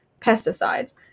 pesticides